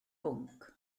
bwnc